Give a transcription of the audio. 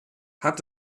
hat